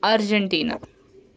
Argentina